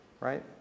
Right